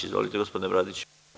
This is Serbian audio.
Izvolite gospodine Bradić.